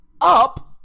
up